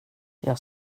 jag